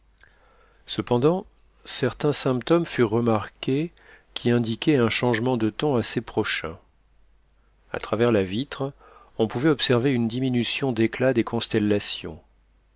cependant certains symptômes furent remarqués qui indiquaient un changement de temps assez prochain à travers la vitre on pouvait observer une diminution d'éclat des constellations